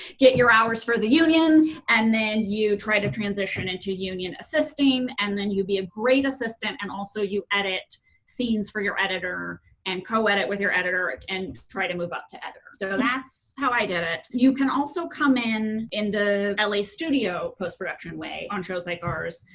get your hours for the union and then you try to transition into union assisting and then you be a great assistant and also you edit scenes for your editor and co-edit with your editor and try to move up to editor. so that's how i did it. you can also come in in the la studio post-production way on shows like ours.